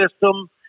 system